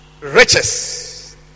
riches